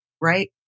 right